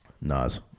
Nas